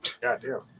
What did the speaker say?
Goddamn